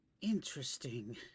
interesting